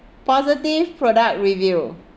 positive product review